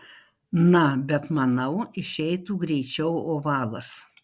na bet manau išeitų greičiau ovalas